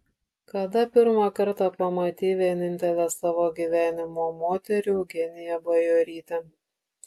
kada pirmą kartą pamatei vienintelę savo gyvenimo moterį eugeniją bajorytę